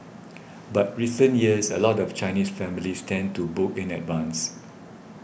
but recent years a lot of Chinese families tend to book in advance